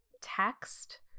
text